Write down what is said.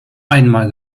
einmal